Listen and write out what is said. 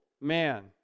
man